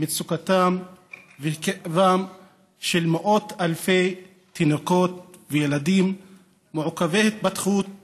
מצוקתם וכאבם של מאות אלפי תינוקות וילדים מעוכבי התפתחות